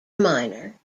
minor